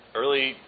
early